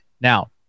Now